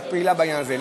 את פעילה בעניין הזה,